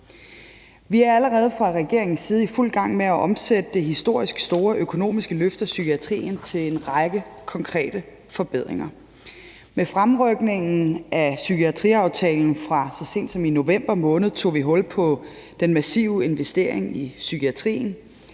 Vi er allerede fra regeringens side i fuld gang med at omsætte det historisk store økonomiske løft af psykiatrien til en række konkrete forbedringer. Med fremrykningen af psykiatriaftalen fra så sent som i november måned tog vi hul på den massive investering i psykiatrien.